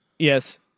Yes